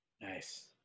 nice